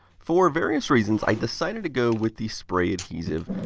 for various reasons, i decided to go with the spray adhesive.